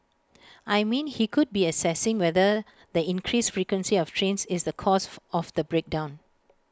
I mean he could be assessing whether the increased frequency of trains is the cause of the break down